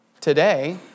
today